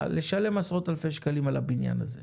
לשלם עשרות אלפי שקלים על הבניין הזה.